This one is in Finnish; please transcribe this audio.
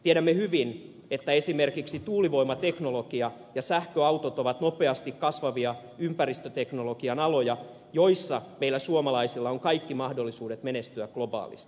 tiedämme hyvin että esimerkiksi tuulivoimateknologia ja sähköautot ovat nopeasti kasvavia ympäristöteknologian aloja joilla meillä suomalaisilla on kaikki mahdollisuudet menestyä globaalisti